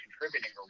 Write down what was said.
contributing